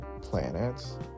planets